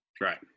Right